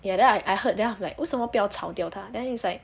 ya then I I heard then I am like then 为什么不要炒掉他 then it's like